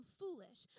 foolish